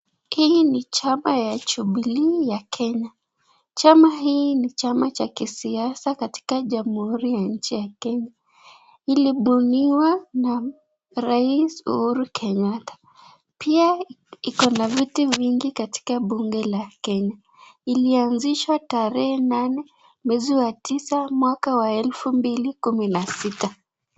Hii ni chama ya Jubilee ya Kenya. Chama hii ni chama cha kisiasa katika jamhuri ya nchi ya Kenya. Ilipuniwa na rais Uhuru Kenyatta. Pia iko na viti mingi katika bunge la Kenya. Ilianzishwa tarehe nane mwezi wa tisa mwaka wa elfu mbili na kumi na sita.